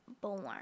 born